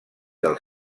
del